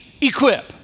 equip